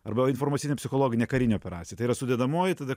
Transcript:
arba informacinė psichologinė karinė operacija tai yra sudedamoji tada